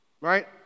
Right